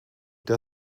der